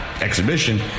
Exhibition